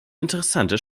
interessante